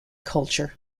culture